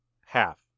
half